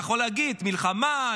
אתה יכול להגיד: מלחמה,